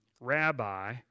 Rabbi